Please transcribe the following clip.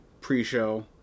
pre-show